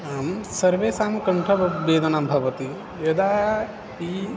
आं सर्वेषां कण्ठस्य वेदना भवति यदा ई